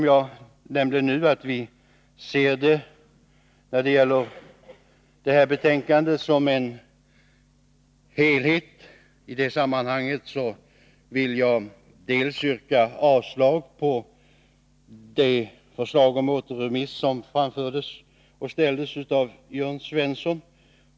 Jag nämnde att vi betraktar det som behandlas i det här betänkandet som en helhet, och jag vill i detta sammanhang yrka avslag på det förslag om återremiss som lades fram av Jörn Svensson.